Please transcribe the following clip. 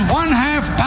one-half